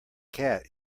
cat